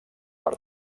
per